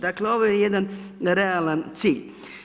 Dakle, ovo je jedan realan cilj.